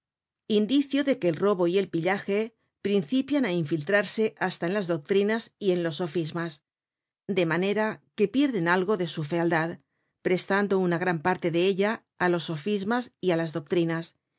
indicio de que el robo y el pillaje principian á infiltrarse hasta en las doctrinas y en los sofismas de manera que pierden algo de su fealdad prestando una gran parte de ella á los sofismas y á las doctrinas